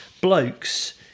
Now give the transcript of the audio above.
blokes